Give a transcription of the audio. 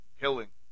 killing